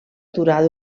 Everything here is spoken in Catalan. aturar